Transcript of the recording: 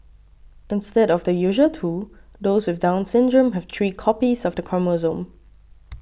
instead of the usual two those with Down Syndrome have three copies of the chromosome